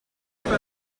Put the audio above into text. mille